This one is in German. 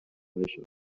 reicher